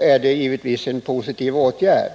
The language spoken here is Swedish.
är givetvis också detta en positiv åtgärd.